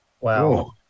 Wow